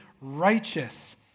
righteous